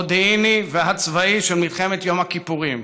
המודיעיני והצבאי של מלחמת יום הכיפורים,